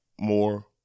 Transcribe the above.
more